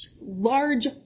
large